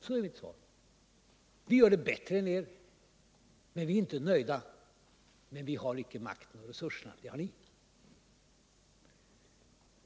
Så är mitt svar: Vi gör det bättre än ni, men vi är inte nöjda. Vi har dock icke makten och resurserna, utan det har ni.